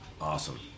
awesome